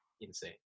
insane